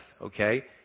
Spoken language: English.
okay